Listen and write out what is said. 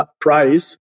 price